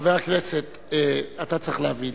חבר הכנסת, אתה צריך להבין.